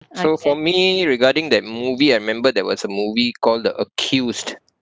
so for me regarding that movie I remembered there was a movie called the accused